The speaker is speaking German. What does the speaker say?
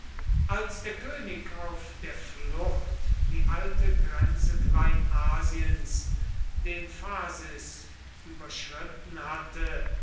als der könig auf der flucht die alte grenze kleinasiens den phasis überschritten hatte